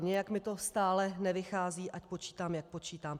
Nějak mi to stále nevychází, ať počítám, jak počítám.